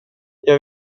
jag